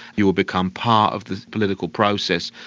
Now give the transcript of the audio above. you would become part of the political process,